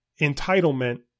entitlement